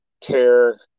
tear